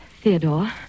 Theodore